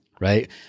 right